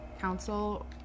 Council